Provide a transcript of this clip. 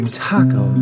taco